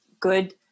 good